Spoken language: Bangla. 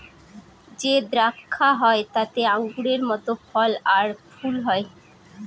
যে দ্রাক্ষা হয় তাতে আঙুরের মত ফল আর ফুল হয়